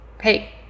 hey